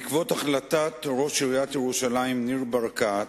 בעקבות החלטת ראש עיריית ירושלים ניר ברקת